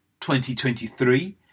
2023